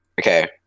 Okay